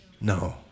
No